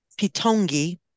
Pitongi